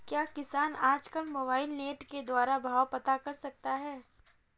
क्या किसान आज कल मोबाइल नेट के द्वारा भाव पता कर सकते हैं?